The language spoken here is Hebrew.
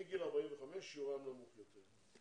מגיל 45 שיעורם נמוך יותר.